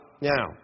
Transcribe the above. Now